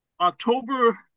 October